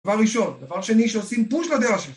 דבר ראשון, דבר שני שעושים פוש לדיעה שלך